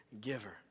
giver